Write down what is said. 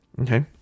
Okay